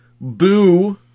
boo